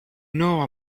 know